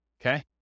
okay